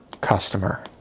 customer